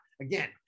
again